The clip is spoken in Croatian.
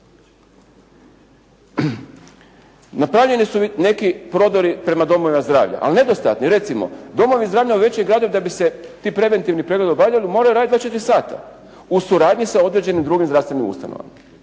Napravljeni su neki prodori prema domovima zdravlja. Ali nedostatni, recimo. Domovi zdravlja u većem gradu, da bi se ti preventivni pregledi obavljali, moraju raditi 24 sata u suradnji sa određenim drugim zdravstvenim ustanovama.